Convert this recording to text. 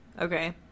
Okay